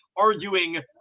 Arguing